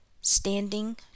Standing